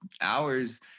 hours